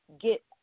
get